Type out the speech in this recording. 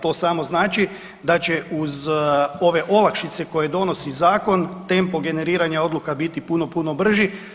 To samo znači da će uz ove olakšice koje donosi Zakon, tempo generiranja odluka biti puno, puno brži.